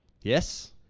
Yes